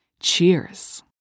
Cheers